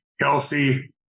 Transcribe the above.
Kelsey